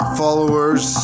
followers